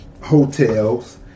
hotels